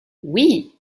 oui